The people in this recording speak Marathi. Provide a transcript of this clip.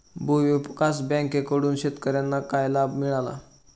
भूविकास बँकेकडून शेतकर्यांना काय लाभ मिळाला?